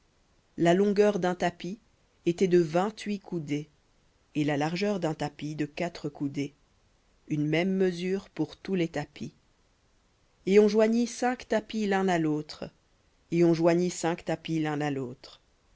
la longueur d'un tapis sera de vingt-huit coudées et la largeur d'un tapis de quatre coudées une même mesure pour tous les tapis cinq tapis seront joints l'un à l'autre et cinq tapis seront joints l'un à l'autre